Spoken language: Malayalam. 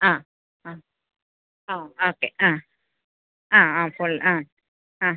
ആ ആ ആ ഓക്കെ ആ ആ ആ ഫുൾ ആ ആ